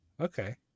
Okay